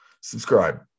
subscribe